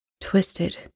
twisted